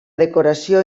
decoració